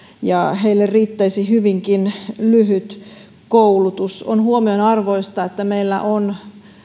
ja heille riittäisi hyvinkin lyhyt koulutus on huomionarvoista että meillä on